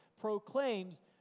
proclaims